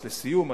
לסיום,